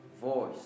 voice